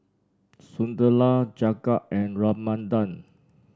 Sunderlal Jagat and Ramanand